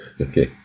Okay